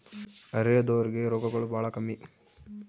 ಅರೆದೋರ್ ಗೆ ರೋಗಗಳು ಬಾಳ ಕಮ್ಮಿ